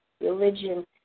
religion